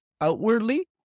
outwardly